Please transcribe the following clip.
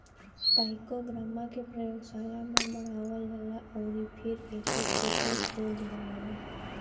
trichogramma के प्रयोगशाला में बढ़ावल जाला अउरी फिर एके खेत में छोड़ देहल जाला